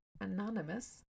Anonymous